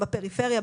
בפריפריה,